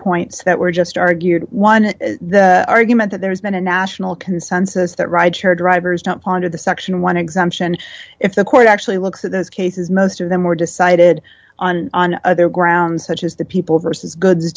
points that were just argued one argument that there's been a national consensus that right here drivers don't ponder the section one exemption if the court actually looks at those cases most of them were decided on on other grounds such as the people versus goods